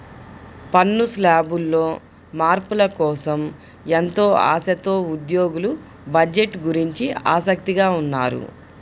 పన్ను శ్లాబుల్లో మార్పుల కోసం ఎంతో ఆశతో ఉద్యోగులు బడ్జెట్ గురించి ఆసక్తిగా ఉన్నారు